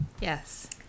Yes